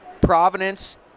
Providence